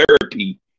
therapy